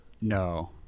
No